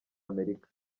amerika